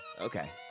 Okay